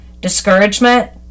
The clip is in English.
discouragement